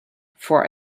for